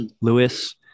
Lewis